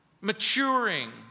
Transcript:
maturing